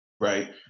Right